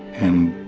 and